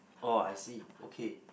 oh I see okay